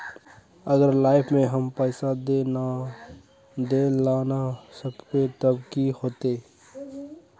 अगर लाइफ में हम पैसा दे ला ना सकबे तब की होते?